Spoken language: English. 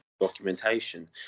documentation